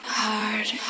hard